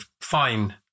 fine